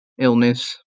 illness